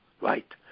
right